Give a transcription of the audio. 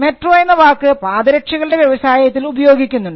metro എന്ന വാക്ക് പാദരക്ഷകളുടെ വ്യവസായത്തിൽ ഉപയോഗിക്കുന്നുണ്ട്